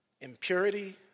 impurity